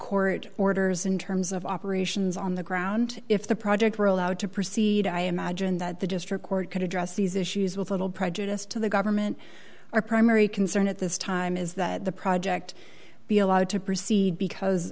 court orders in terms of operations on the ground if the project were allowed to proceed i imagine that the district court could address these issues with little prejudiced to the government our primary concern at this time is that the project be allowed to proceed because